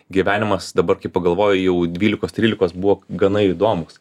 gyvenimas dabar kai pagalvoji jau dvylikos trylikos buvo gana įdomus